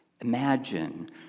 Imagine